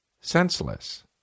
senseless